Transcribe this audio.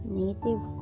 native